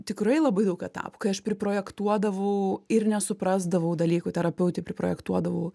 tikrai labai daug etapų kai aš priprojektuodavau ir nesuprasdavau dalykų terapeutei priprojektuodavau